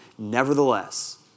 Nevertheless